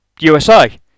USA